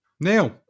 Neil